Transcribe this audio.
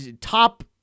top